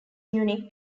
unique